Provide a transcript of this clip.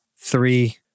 three